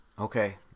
okay